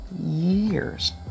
years